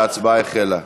ההצבעה החלה.